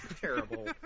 terrible